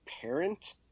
parent